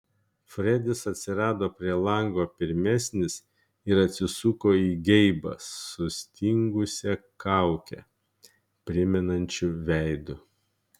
fredis atsirado prie lango pirmesnis ir atsisuko į geibą sustingusią kaukę primenančiu veidu